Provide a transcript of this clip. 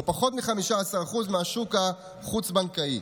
או פחות מ-15% מהשוק החוץ-בנקאי.